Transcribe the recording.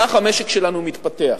כך המשק שלנו מתפתח.